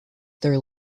their